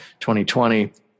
2020